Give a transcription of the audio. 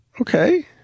Okay